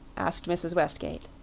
asked mrs. westgate.